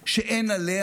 ולחשמל?